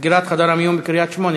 סגירת חדר המיון בקריית-שמונה,